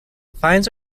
fines